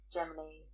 Germany